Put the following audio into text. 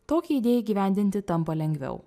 tokią idėją įgyvendinti tampa lengviau